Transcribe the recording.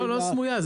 לא סמויה.